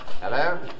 hello